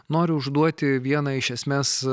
noriu užduoti vieną iš esmes